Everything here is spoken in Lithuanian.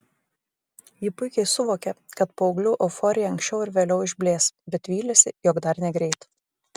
ji puikiai suvokė kad paauglių euforija anksčiau ar vėliau išblės bet vylėsi jog dar negreit